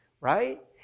Right